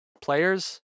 players